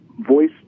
voice